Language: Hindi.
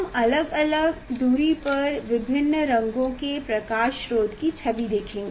हम अलग अलग दूरी पर विभिन्न रंगों के प्रकाश स्रोत की छवि देखेंगे